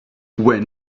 when